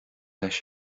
leis